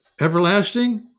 everlasting